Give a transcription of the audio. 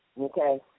Okay